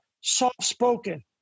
soft-spoken